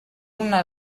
una